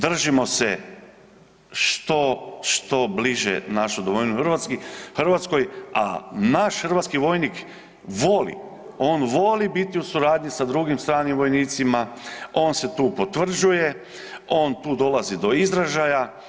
Držimo se što bliže našoj domovini Hrvatskoj, a naš hrvatski vojnik voli, on voli biti u suradnji sa drugim stranim vojnicima, on se tu potvrđuje, on tu dolazi do izražaja.